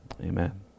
amen